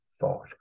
thought